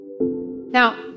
Now